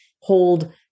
hold